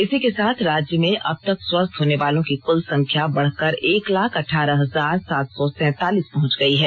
इसी के साथ राज्य में अब तक स्वस्थ होनेवालों की कुल संख्या बढ़कर एक लाख अठारह हजार सात सौ सैंतालीस पहुंच गई है